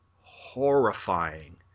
horrifying